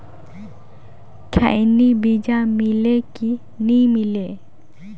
खैनी बिजा मिले कि नी मिले?